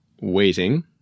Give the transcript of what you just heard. waiting